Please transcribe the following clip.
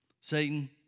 Satan